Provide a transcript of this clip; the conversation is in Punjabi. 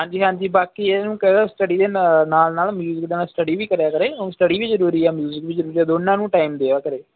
ਹਾਂਜੀ ਹਾਂਜੀ ਬਾਕੀ ਇਹਨੂੰ ਕਹਿ ਦਿਓ ਸਟਡੀ ਦੇ ਨਾ ਨਾਲ ਨਾਲ ਮਿਊਜਿਕ ਦਾ ਸਟਡੀ ਵੀ ਕਰਿਆ ਕਰੇ ਉਹ ਸਟਡੀ ਵੀ ਜ਼ਰੂਰੀ ਆ ਮਿਊਜਕ ਵੀ ਜ਼ਰੂਰੀ ਦੋਨਾਂ ਨੂੰ ਟਾਈਮ ਦਿਆ ਕਰੇ